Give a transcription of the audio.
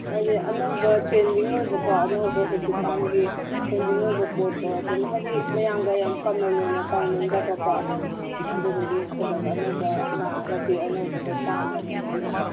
ꯍꯥꯏꯗꯤ ꯑꯅꯧꯕ ꯆꯦꯟꯖꯤꯡ ꯑꯣꯏꯕꯀꯣ ꯑꯅꯧꯕ ꯍꯧꯖꯤꯛꯀꯥꯟꯒꯤ ꯆꯦꯟꯖꯤꯡ ꯑꯣꯏꯕ ꯄꯣꯠꯇꯣ ꯑꯗꯨꯝ ꯍꯥꯏꯗꯤ ꯃꯌꯥꯝꯒ ꯌꯥꯝ ꯀꯃꯟ ꯑꯣꯏꯅ ꯇꯧꯅꯤꯡꯗꯕꯀꯣ ꯑꯗꯨꯗꯨꯒꯤ ꯐꯖꯕ ꯑꯅꯧꯕ ꯂꯥꯛꯑꯒꯗꯤ ꯑꯅꯧꯕꯗꯣ ꯄꯥꯝꯕꯅꯦꯕ ꯑꯩꯅ